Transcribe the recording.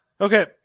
Okay